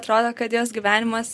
atrodo kad jos gyvenimas